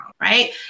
Right